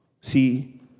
See